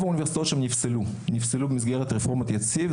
האוניברסיטאות שם נפסלו במסגרת רפורמת יציב.